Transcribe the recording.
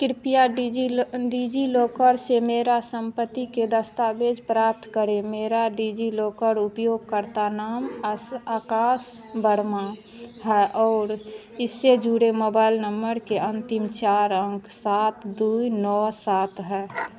कृपया डिजीला डिजीलॉकर से मेरी सम्पत्ति के दस्तावेज़ प्राप्त करें मेरा डिजीलॉकर उपयोगकर्ता नाम आ आकाश वर्मा है और इससे जुड़े मोबाइल नम्मर के अन्तिम चार अंक सात दो नौ सात है